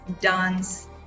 dance